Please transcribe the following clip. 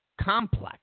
complex